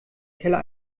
keller